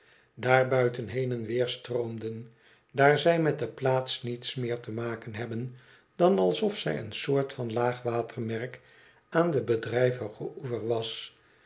buiten heen en weer stroomden daar zij met de plaats niets meer te maken hebben dan alsof zij een soort van laagwater merk aan den bedrijvigen oever was